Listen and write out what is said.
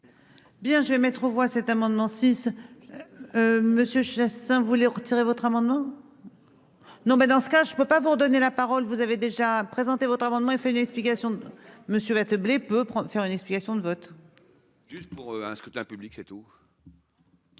Bien je vais mettre aux voix cet amendement six. Monsieur Chassaing voulait retirer votre amendement. Non mais dans ce cas je ne peux pas vous redonner la parole vous avez déjà présenté votre amendement FN, explication de Monsieur blé peut faire une explication de vote.-- Juste pour un scrutin public c'est tout.--